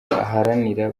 aharanira